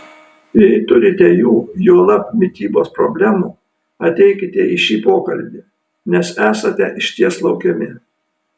jei turite jų juolab mitybos problemų ateikite į šį pokalbį nes esate išties laukiami